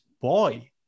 boy